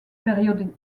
période